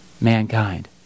mankind